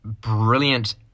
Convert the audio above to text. brilliant